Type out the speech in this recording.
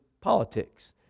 politics